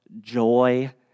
joy